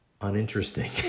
uninteresting